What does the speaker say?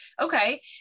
okay